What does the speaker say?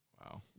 Wow